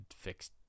fixed